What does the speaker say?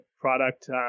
product